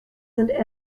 sind